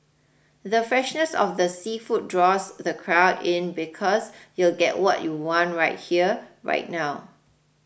the freshness of the seafood draws the crowd in because you'll get what you want right here right now